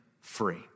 free